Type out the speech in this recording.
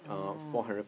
oh